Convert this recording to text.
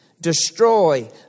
destroy